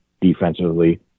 defensively